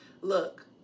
look